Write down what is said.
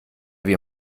wir